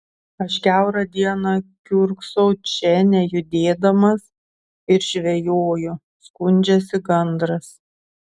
aš kiaurą dieną kiurksau čia nejudėdamas ir žvejoju skundžiasi gandras